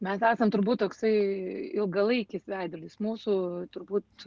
mes esam turbūt toksai ilgalaikis veidrodis mūsų turbūt